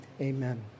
amen